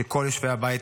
שכל יושבי הבית